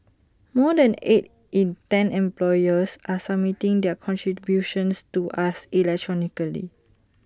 more than eight in ten employers are submitting their contributions to us electronically